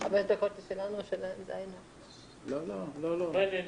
ושם השופט לא מעורב